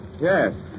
Yes